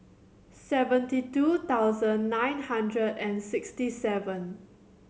seventy two thousand nine hundred and sixty seven